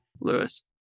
Lewis